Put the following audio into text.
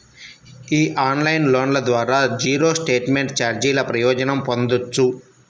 ఈ ఆన్లైన్ లోన్ల ద్వారా జీరో స్టేట్మెంట్ ఛార్జీల ప్రయోజనం పొందొచ్చు